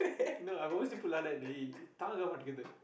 no I obviously that day